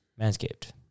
manscaped